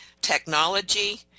technology